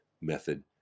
method